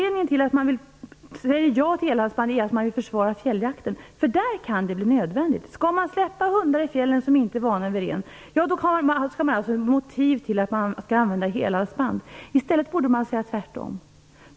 Det är det som det handlar om.